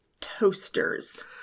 toasters